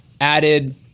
added